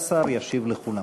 והשר ישיב לכולם.